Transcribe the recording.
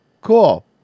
Cool